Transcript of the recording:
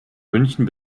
münchen